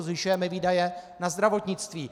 Zvyšujeme výdaje na zdravotnictví.